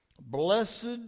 Blessed